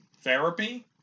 therapy